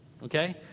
Okay